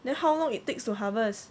then how long it takes to harvest